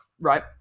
Right